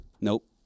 Nope